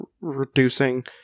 Reducing